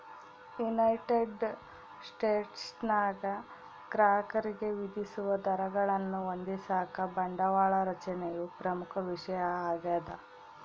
United ಸ್ಟೇಟ್ಸ್ನಾಗ ಗ್ರಾಹಕರಿಗೆ ವಿಧಿಸುವ ದರಗಳನ್ನು ಹೊಂದಿಸಾಕ ಬಂಡವಾಳ ರಚನೆಯು ಪ್ರಮುಖ ವಿಷಯ ಆಗ್ಯದ